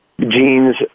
Genes